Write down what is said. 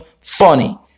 Funny